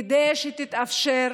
כדי שיתאפשרו